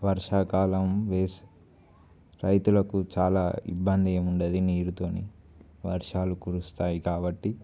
వర్షాకాలం వేసి రైతులకు చాలా ఇబ్బంది ఏమి ఉండదు నీరు తోని వర్షాలు కురుస్తాయి కాబట్టి